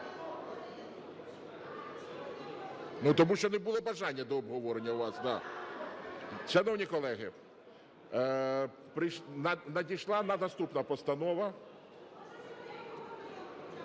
Тому що не було бажання до обговорення у вас. Шановні колеги, надійшла наступна постанова…